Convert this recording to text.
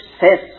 success